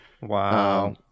Wow